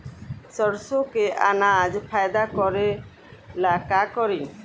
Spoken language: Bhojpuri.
सरसो के अनाज फायदा करेला का करी?